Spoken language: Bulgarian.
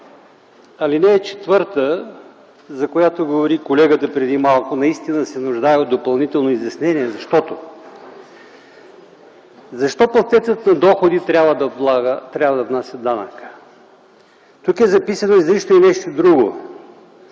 Алинея 4, за която колегата говори преди малко, наистина се нуждае от допълнително изяснение, защото: защо платецът на доходи трябва да внася данъка? Тук е записано изрично и нещо друго